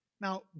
Now